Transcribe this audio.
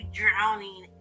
drowning